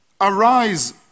Arise